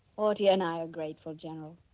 artie and i are grateful, general.